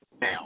now